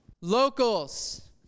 Locals